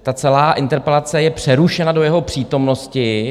Ta celá interpelace je přerušena do jeho přítomnosti.